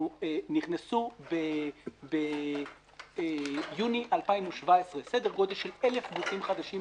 נכנסו ביוני 2017 סדר גודל של 1,000 גופים חדשים